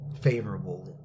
favorable